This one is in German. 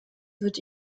wird